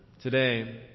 today